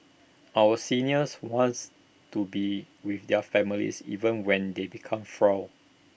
our seniors wants to be with their families even when they become frail